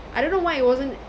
I don't know why it wasn't